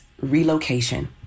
relocation